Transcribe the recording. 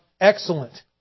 excellent